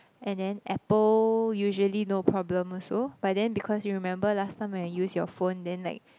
and then apple usually no problem also but then because you remember last time I use your phone then like